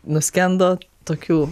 nuskendo tokių